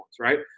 Right